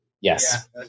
Yes